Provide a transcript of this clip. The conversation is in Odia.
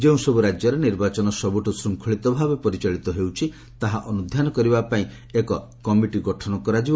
ଯେଉଁସବୁ ରାଜ୍ୟରେ ନିର୍ବାଚନ ସବୁଠୁ ଶୂଙ୍ଖଳିତ ଭାବେ ପରିଚାଳିତ ହେଉଛି ତାହା ଅନୁଧ୍ୟାନ କରିବା ପାଇଁ ଏକ କମିଟି ଗଠନ ହେବ